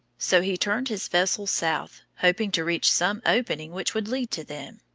so he turned his vessel south, hoping to reach some opening which would lead to them.